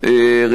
ראשית כול,